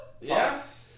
Yes